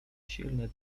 silny